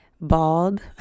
bald